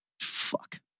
Fuck